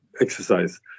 exercise